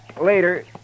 later